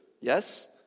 Yes